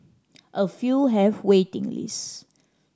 a few have waiting lists